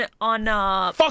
on